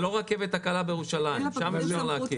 זה לא הרכבת הקלה בירושלים, שם אפשר לעכב.